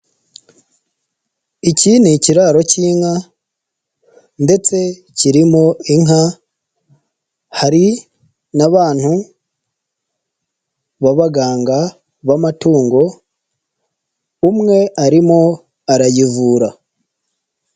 Iki ni ikiraro cy'inka ndetse kirimo inka, hari n'abantu b'abaganga b'amatungo, umwe arimo arayivura.